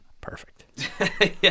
Perfect